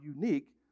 unique